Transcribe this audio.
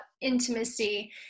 intimacy